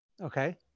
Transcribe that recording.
Okay